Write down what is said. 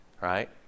right